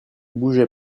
bougez